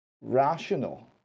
rational